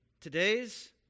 Today's